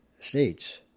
States